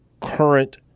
current